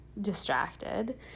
distracted